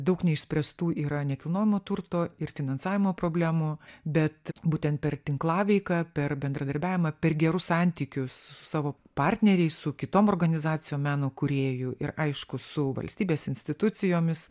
daug neišspręstų yra nekilnojamo turto ir finansavimo problemų bet būtent per tinklaveiką per bendradarbiavimą per gerus santykius su savo partneriais su kitom organizacijom meno kūrėjų ir aišku su valstybės institucijomis